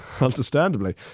understandably